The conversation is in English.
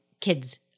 kids